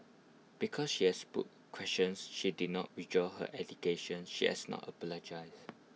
because she has put questions she did not withdraw her allegation she has not apologised